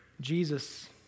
Jesus